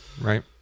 right